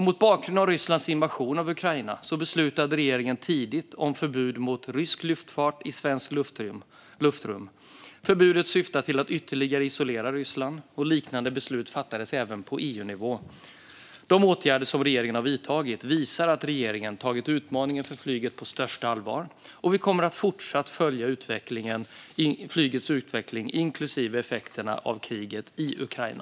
Mot bakgrund av Rysslands invasion av Ukraina beslutade regeringen tidigt om förbud mot rysk luftfart i svenskt luftrum. Förbudet syftar till att ytterligare isolera Ryssland. Liknande beslut fattades även på EU-nivå. De åtgärder som regeringen har vidtagit visar att regeringen tagit utmaningen för flyget på största allvar. Vi kommer att fortsätta följa flygets utveckling inklusive effekterna av kriget i Ukraina.